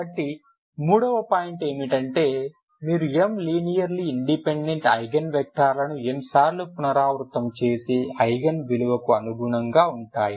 కాబట్టి మూడవ పాయింట్ ఏమిటంటే మీరు m లీనియర్లీ ఇండిపెండెంట్ ఐగెన్ వెక్టర్లను m సార్లు పునరావృతం చేసే ఐగెన్ విలువకు అనుగుణంగా ఉంటాయి